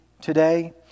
today